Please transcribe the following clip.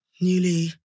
newly